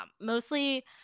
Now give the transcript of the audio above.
Mostly